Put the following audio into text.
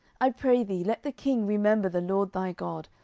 i pray thee, let the king remember the lord thy god,